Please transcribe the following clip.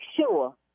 sure